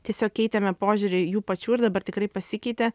tiesiog keitėme požiūrį jų pačių ir dabar tikrai pasikeitė